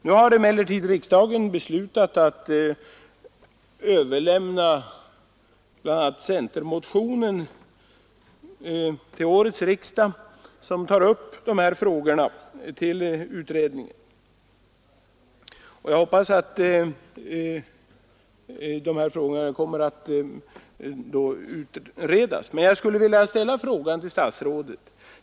Nu har emellertid riksdagen beslutat att till utredningen överlämna bl.a. centermotionen till årets riksdag, som tar upp de här frågorna. Jag hoppas alltså att de frågorna kommer att utredas. att öka livsmedels Men jag skulle vilja ställa en fråga till statsrådet.